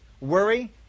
worry